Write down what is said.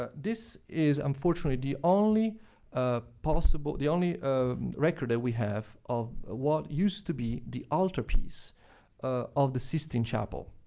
ah this is unfortunately the only ah possible. the only record that we have of what used to be the altarpiece of the sistine chapel.